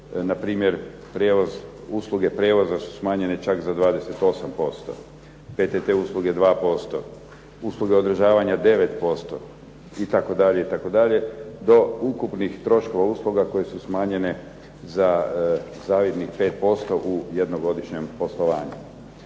Npr. usluge prijevoza su smanjene čak za 28%, PTT usluge 2%, usluge održavanja 9% itd., itd. do ukupnih troškova usluga koje su smanjene za zavidnih 5% u jednogodišnjem poslovanju.